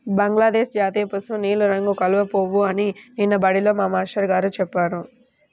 బంగ్లాదేశ్ జాతీయపుష్పం నీలం రంగు కలువ పువ్వు అని నిన్న బడిలో మా మేష్టారు గారు చెప్పారు